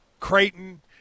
Creighton